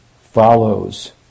follows